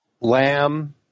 Lamb